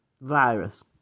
virus